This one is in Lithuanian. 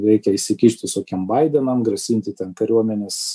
reikia įsikišt visokiem baidenam grasinti ten kariuomenės